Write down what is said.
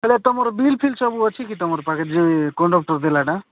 ହେଲେ ତମର ବିଲ୍ ଫିଲ୍ ସବୁ ଅଛି କି ତମର ପାଖେ ଯେ କଣ୍ଡକ୍ଟର୍ ଦେଲାନା